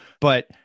But-